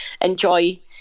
enjoy